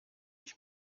ich